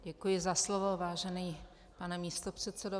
Děkuji za slovo, vážený pane místopředsedo.